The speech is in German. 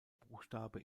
buchstabe